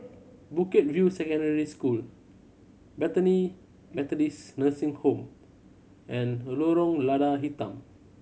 Bukit View Secondary School Bethany Methodist Nursing Home and Lorong Lada Hitam